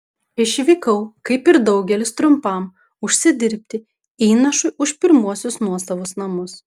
išvykau kaip ir daugelis trumpam užsidirbti įnašui už pirmuosius nuosavus namus